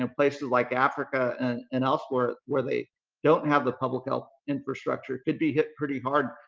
and places like africa and and elsewhere where they don't have the public health infrastructure could be hit pretty hard.